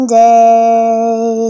day